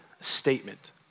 statement